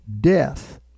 death